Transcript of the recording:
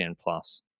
Plus